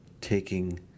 taking